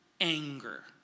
Anger